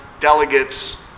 delegates